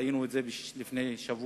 וראינו את זה לפני שבוע,